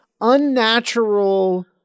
unnatural